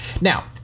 Now